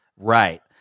Right